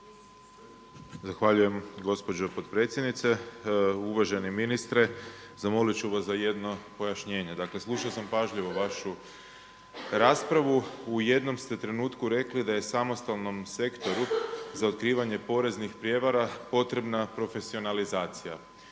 Zahvaljujem gospođo potpredsjednice, uvaženi ministre. Zamolit ću vas za jedno pojašnjenje. Dakle, slušao sam pažljivo vašu raspravu. U jednom ste trenutku rekli da je samostalnom Sektoru za otkrivanje poreznih prijevara potrebna profesionalizacija.